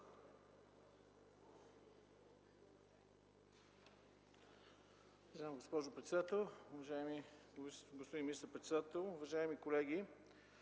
възможност